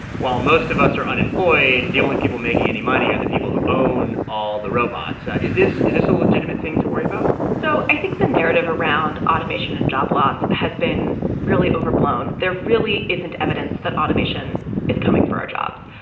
while most of us are unemployed, the only people making any money are the people who own all the robots. is this is this a legitimate thing to worry about? so i think the narrative around automation and job loss has been really overblown. there really isn't evidence that automation is coming for our jobs.